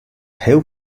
heel